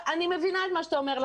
אני מבינה את מה שאתה אומר,